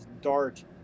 dart